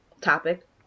topic